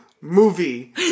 movie